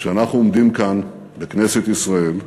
כשאנחנו עומדים כאן, בכנסת ישראל,